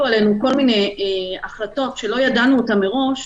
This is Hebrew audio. עלינו כל מיני החלטות שלא ידענו מראש,